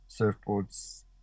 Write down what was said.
surfboards